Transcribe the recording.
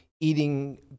eating